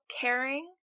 caring